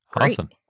Awesome